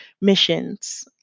missions